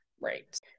Right